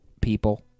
People